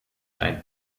ein